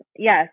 Yes